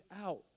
out